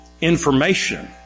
information